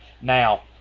Now